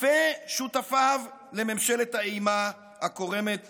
ושותפיו לממשלת האימה הקורמת